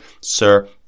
Sir